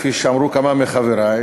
כפי שאמרו כמה מחברי,